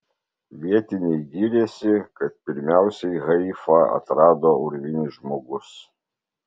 vietiniai giriasi kad pirmiausiai haifą atrado urvinis žmogus